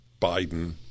Biden